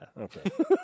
Okay